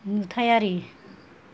नुथायारि